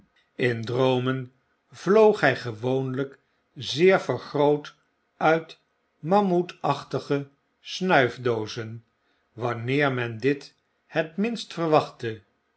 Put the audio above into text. in droomen vloog hij gewoonljjk zeer vergroot uit mammouthachtige snuifdoozen wanneer men dit het minst verwachtte